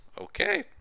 okay